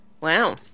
Wow